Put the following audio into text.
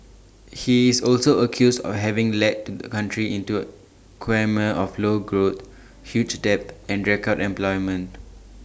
he is also accused of having led the country into quagmire of low growth huge debt and record unemployment